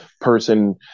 person